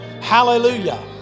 Hallelujah